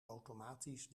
automatisch